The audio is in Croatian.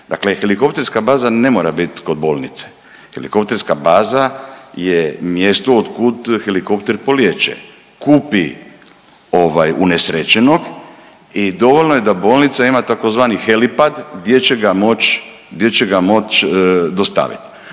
Dakle helikopterska baza ne mora bit kod bolnice, helikopterska baza je mjesto otkud helikopter polijeće, kupi ovaj unesrećenog i dovoljno je da bolnica ima tzv. helipad gdje će ga moć,